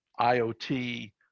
IoT